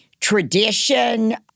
tradition